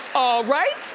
alright.